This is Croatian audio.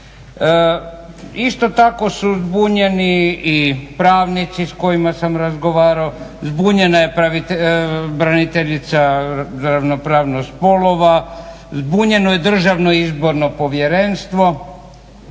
Isto tako su zbunjeni i pravnici s kojima sam razgovarao, zbunjena je ravnateljica za ravnopravnost spolova, zbunjeno je Državno izborno povjerenstvo.